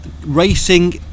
racing